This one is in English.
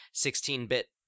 16-bit